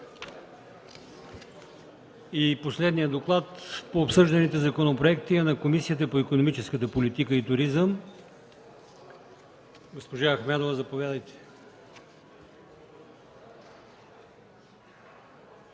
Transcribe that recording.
Последният доклад по обсъжданите законопроекти е на Комисията по икономическата политика и туризъм. Ще го представи госпожа Ахмедова. Заповядайте.